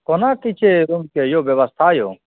कोना की छै यौ रुमके व्यवस्था यौ